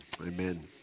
amen